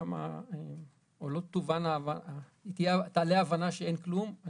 כדי שלא תעלה ההבנה שאין כלום.